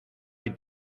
hay